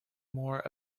more